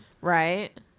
Right